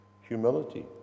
humility